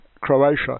Croatia